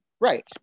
Right